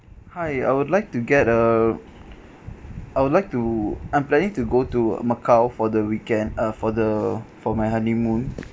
hi I would like to get uh I would like to I'm planning to go to macau for the weekend uh for the for my honeymoon